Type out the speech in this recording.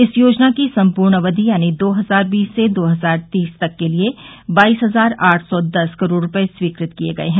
इस योजना की संपूर्ण अवधि यानी दो हजार बीस से दो हजार तीस तक के लिए बाईस हजार आठ सौ दस करोड़ रुपये स्वीकृत किए गए हैं